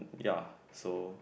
ya so